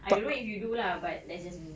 I don't know if you do lah but that's just me